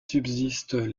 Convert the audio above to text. subsistent